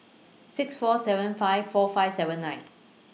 six four seven five four five seven nine